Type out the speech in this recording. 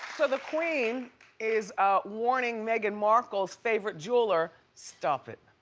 so the queen is warning meghan markle's favorite jeweler, stop it.